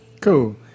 cool